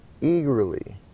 eagerly